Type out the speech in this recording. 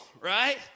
right